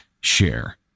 share